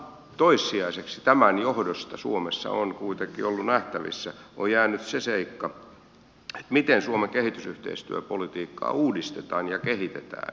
toissijaiseksi tämän johdosta suomessa se on kuitenkin ollut nähtävissä on jäänyt se seikka miten suomen kehitysyhteistyöpolitiikkaa uudistetaan ja kehitetään